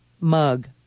mug